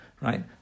right